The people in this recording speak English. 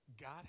God